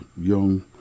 young